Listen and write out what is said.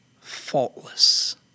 faultless